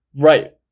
Right